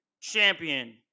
champion